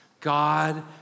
God